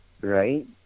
Right